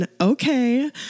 okay